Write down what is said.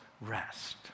rest